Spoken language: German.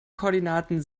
koordinaten